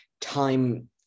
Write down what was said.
time